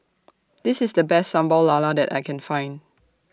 This IS The Best Sambal Lala that I Can Find